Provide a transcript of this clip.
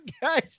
guys